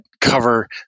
cover